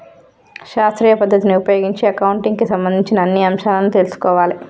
శాస్త్రీయ పద్ధతిని ఉపయోగించి అకౌంటింగ్ కి సంబంధించిన అన్ని అంశాలను తెల్సుకోవాలే